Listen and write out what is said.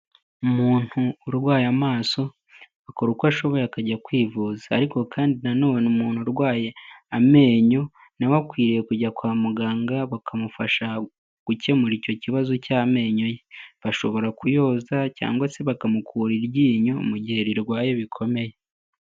Umuntu urwaye amaso akora uko ashoboye akajya kwivuza ariko kandi nanone umuntu urwaye amenyo na we akwiye kujya kwa muganga bakamufasha gukemura icyo kibazo cy'amenyo ye, bashobora kuyoza cyangwa se bakamukura iryinyo mu gihe rirwaye bikomeye.